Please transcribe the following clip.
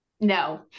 No